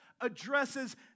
addresses